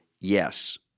yes